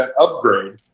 upgrade